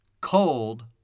cold